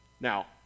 Now